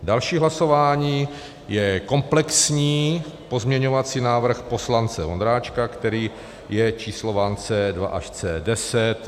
Další hlasování je komplexní pozměňovací návrh poslance Vondráčka, který je číslován C2 až C10.